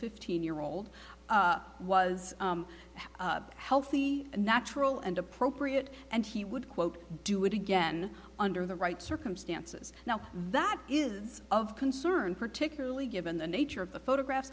fifteen year old was healthy and natural and appropriate and he would quote do it again under the right circumstances now that is of concern particularly given the nature of the photograph